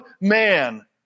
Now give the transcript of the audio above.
man